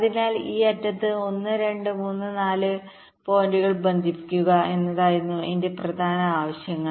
അതിനാൽ ഈ അറ്റത്ത് 1 2 3 4 പോയിന്റുകൾ ബന്ധിപ്പിക്കുക എന്നതായിരുന്നു എന്റെ പ്രധാന ആവശ്യങ്ങൾ